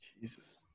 Jesus